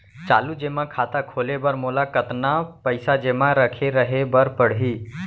चालू जेमा खाता खोले बर मोला कतना पइसा जेमा रखे रहे बर पड़ही?